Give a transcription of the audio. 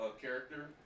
Character